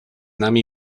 nami